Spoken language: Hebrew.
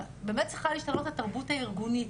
ובאמת צריכה להשתנות התרבות הארגונית,